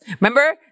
Remember